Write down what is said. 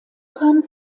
kam